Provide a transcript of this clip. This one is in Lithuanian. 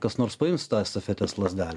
kas nors paims tą estafetės lazdelę